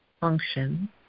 function